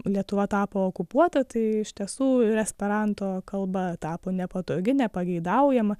lietuva tapo okupuota tai iš tiesų ir esperanto kalba tapo nepatogi nepageidaujama